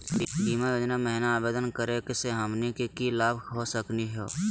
बीमा योजना महिना आवेदन करै स हमनी के की की लाभ हो सकनी हे?